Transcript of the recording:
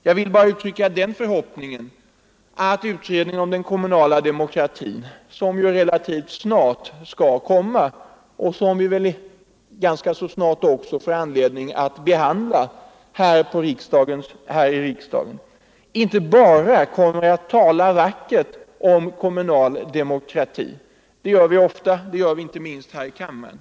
Jag vill uttrycka förhoppningen att man i betänkandet från utredningen om den kommunala demokratin, som relativt snart skall framläggas och som vi väl då också får anledning att behandla här i kammaren, inte bara skall tala vackert om kommunal demokrati. Det gör vi ofta, inte minst här i kammaren.